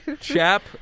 Chap